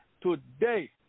today